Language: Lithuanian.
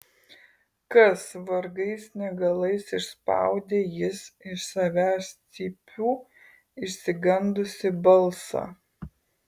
kas vargais negalais išspaudė jis iš savęs cypių išsigandusį balsą